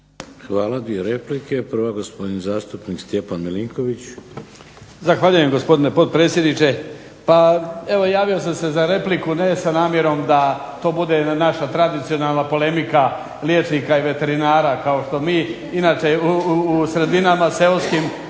Hvala. Dvije replike. Prva gospodin zastupnik Stjepan Milinković. **Milinković, Stjepan (HDZ)** Zahvaljujem gospodine potpredsjedniče. Pa evo javio sam se za repliku ne sa namjerom da to bude naša tradicionalna polemika liječnika i veterinara kao što mi inače u sredinama seoskim